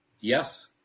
Yes